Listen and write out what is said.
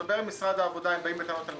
אתה יודע יפה מאוד שהייתה התייקרות.